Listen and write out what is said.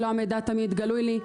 כי לא תמיד המידע גלוי לי,